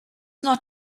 not